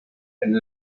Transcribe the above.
and